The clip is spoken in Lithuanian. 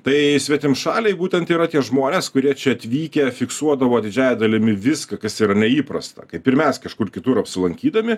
tai svetimšaliai būtent yra tie žmonės kurie čia atvykę fiksuodavo didžiąja dalimi viską kas yra neįprasta kaip ir mes kažkur kitur apsilankydami